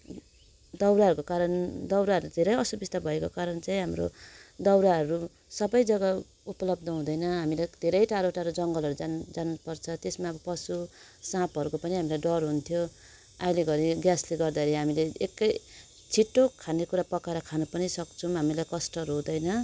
दाउराहरूको कारण दाउराहरू धेरै असुबिस्ता भएको कारण चाहिँ हाम्रो दाउराहरू सबै जग्गा उपलब्ध हुँदैन हामीले धेरै टाढो टाढो जङ्गलहरू जान् जानुपर्छ त्यसमा अब पशु साँपहरूको पनि हामीलाई डर हुन्थ्यो अहिलेघरी ग्यासले गर्दाखेरि हामीले एकै छिटो खानेकुरा पकाएर खानु पनि सक्छौँ हामीलाई कष्टहरू हुँदैन